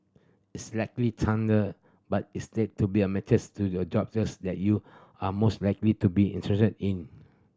it's likely Tinder but instead to be a matters to the jobs that you are most likely to be interested in